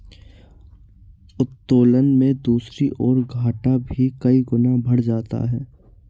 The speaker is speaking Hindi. उत्तोलन में दूसरी ओर, घाटा भी कई गुना बढ़ जाता है